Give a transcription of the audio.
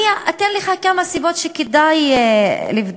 אני אתן לך כמה סיבות שכדאי לבדוק,